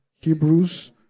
Hebrews